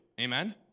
Amen